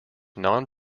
non